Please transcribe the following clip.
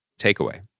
takeaway